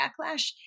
backlash